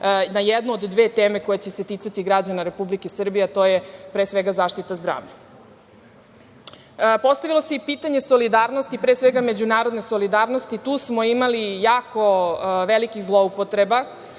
na jednu od dve teme koja će se ticati građana Republike Srbije, a to je, pre svega, zaštita zdravlja. Postavilo se i pitanje solidarnosti, pre svega međunarodne solidarnosti. Tu smo imali jako velikih zloupotreba.